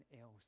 else